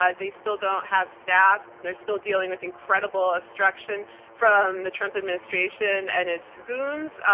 ah they still don't have staff. they're still dealing with incredible obstruction from the trump administration and its goons,